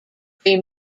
free